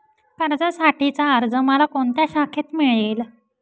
कर्जासाठीचा अर्ज मला कोणत्या शाखेत मिळेल?